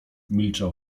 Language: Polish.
milczał